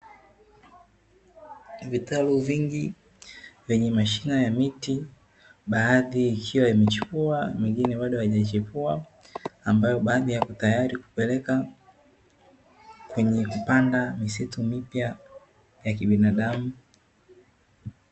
Kitalu vingi vyenye mashina ya mti baadhi ikiwa imechipua na mingine bado haijachipua, ambayo baadhi yapo tayari kupeleka kwenye kupanda misitu mipya ya kibinadamu.